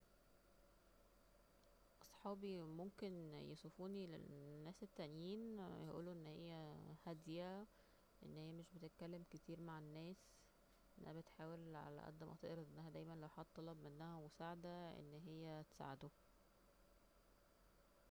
صحابي ممكن يصفوني للناس التانيين هيقولو أن هي هادية أن هي مش بتتكلم كتير مع الناس أنها بتحاول على قد ماقدر أنها دايما لو حد طلب منها مساعدة أن هي تساعده